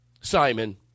Simon